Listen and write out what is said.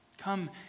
Come